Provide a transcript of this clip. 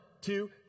two